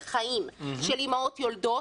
מי שרוצה להציל חיים של אימהות יולדות,